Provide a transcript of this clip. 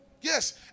Yes